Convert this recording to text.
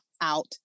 out